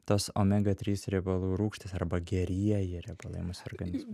tos omega trys riebalų rūgštys arba gerieji riebalai mūsų organizme